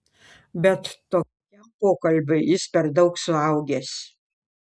bet tokiam pokalbiui jis per daug suaugęs